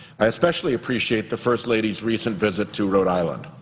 i especially appreciate the first lady's recent visit to rhode island.